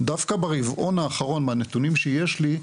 דווקא ברבעון האחרון מהנתונים שיש לי,